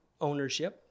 ownership